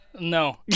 No